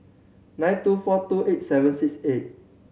nine two four two eight seven six eight